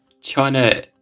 China